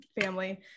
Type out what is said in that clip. family